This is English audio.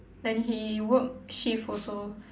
then he work shift also